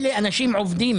אלה אנשים עובדים,